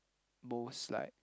most like